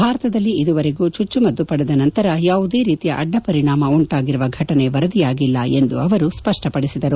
ಭಾರತದಲ್ಲಿ ಇದುವರೆಗೂ ಚುಚ್ಚುಮದ್ದು ಪಡೆದ ನಂತರ ಯಾವುದೇ ರೀತಿಯ ಅಡ್ಡಪರಿಣಾಮ ಉಂಟಾಗಿರುವ ಘಟನೆ ವರದಿಯಾಗಿಲ್ಲ ಎಂದು ಅವರು ಸ್ಪಷ್ಟಪಡಿಸಿದರು